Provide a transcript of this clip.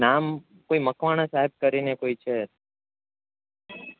નામ કોઈ મકવાણા સાહેબ કરીને કોઈ છે